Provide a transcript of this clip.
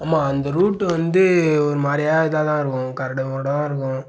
ஆமாம் அந்த ரூட் வந்து ஒரு மாதிரியா இதாகதான் இருக்கும் கரடு முரடா தான் இருக்கும்